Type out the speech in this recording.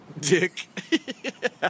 Dick